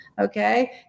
okay